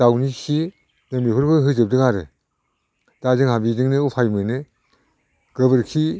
दाउनिखि जों बेफोरखौ होजोबदों आरो दा जोंहा बेजोंनो उफाय मोनो गोबोरखि